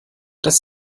das